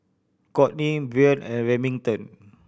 Kourtney Brien and Remington